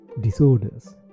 disorders